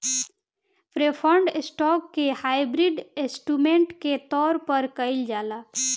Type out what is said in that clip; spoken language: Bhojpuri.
प्रेफर्ड स्टॉक के हाइब्रिड इंस्ट्रूमेंट के तौर पर कइल जाला